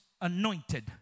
anointed